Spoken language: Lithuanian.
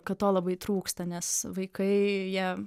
kad to labai trūksta nes vaikai jie